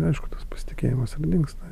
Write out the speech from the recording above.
aišku tas pasitikėjimas ir dingsta